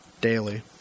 daily